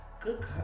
Good